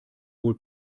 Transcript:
wohl